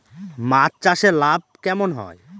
মাছ চাষে লাভ কেমন হয়?